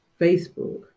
facebook